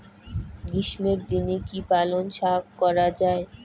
গ্রীষ্মের দিনে কি পালন শাখ করা য়ায়?